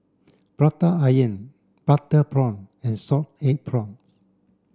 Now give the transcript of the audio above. Prata Onion butter prawn and salted egg prawns